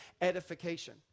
edification